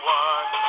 one